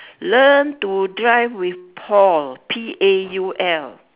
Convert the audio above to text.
learn to drive with paul P A U L